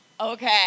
Okay